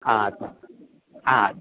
ആ ആ